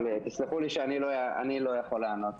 אבל תסלחו לי שאני לא יכול לענות.